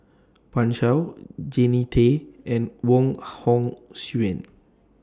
Pan Shou Jannie Tay and Wong Hong Suen